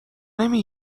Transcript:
نمی